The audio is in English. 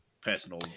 personal